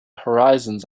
horizons